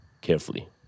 carefully